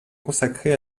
consacrer